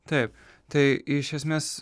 taip tai iš esmės